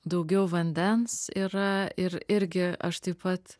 daugiau vandens yra ir irgi aš taip pat